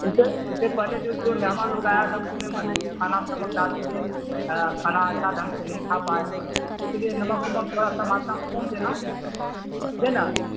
اس سے اس سے پہلے جو مہمان لوگ آیا تھا اس میں مان لیے کہ کھانا میں نمک ڈال دیے کھانا اچھا ڈھنگ سے نہیں کھا پائے اسی لیے نمک اومک تھورا سا ماترا میں کم دینا جے نا